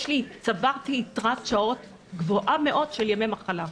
צברתי יתרת שעות גבוהה מאוד של ימי מחלה.